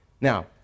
Now